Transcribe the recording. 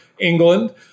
England